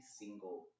single